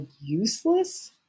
useless